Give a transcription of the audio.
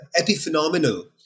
epiphenomenal